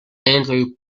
andrew